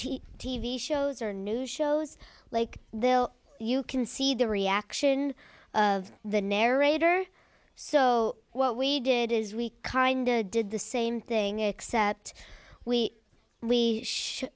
in t v shows or new shows like they'll you can see the reaction of the narrator so what we did is we kind of did the same thing except we we should